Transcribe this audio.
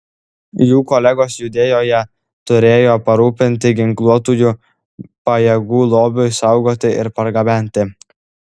jų kolegos judėjoje turėjo parūpinti ginkluotųjų pajėgų lobiui saugoti ir pergabenti